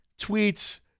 tweets